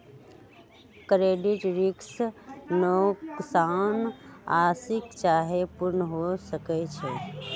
credit risk नोकसान आंशिक चाहे पूर्ण हो सकइ छै